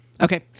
Okay